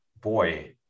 boy